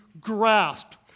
grasped